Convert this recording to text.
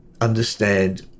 understand